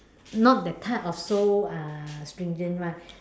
not that type of so uh stringent [one]